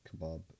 kebab